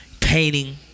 painting